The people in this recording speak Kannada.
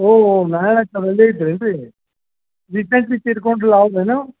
ಓಹೋ ನಾರಾಯಣಾಚಾರ್ರು ಅಲ್ಲೇ ಇದ್ರೇನು ರೀ ರೀಸೆಂಟ್ಲಿ ತೀರಿಕೊಂಡ್ರಲ ಅವರೇನು